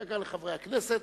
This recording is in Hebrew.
אחר כך לחברי הכנסת.